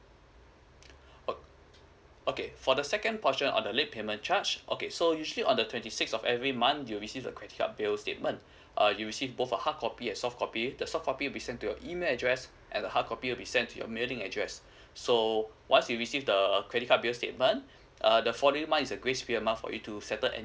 oh okay for the second portion on the late payment charge okay so usually on the twenty sixth of every month you'll receive the credit card bill statement uh you see both a hard copy and soft copy the soft copy be sent to your email address and the hard copy will be sent to your mailing address so once you received the credit card bill statement uh the following month is a grace period amount you to settle any